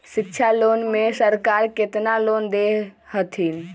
शिक्षा लोन में सरकार केतना लोन दे हथिन?